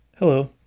Hello